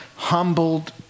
humbled